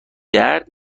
درد